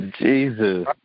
Jesus